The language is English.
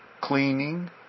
cleaning